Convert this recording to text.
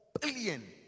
billion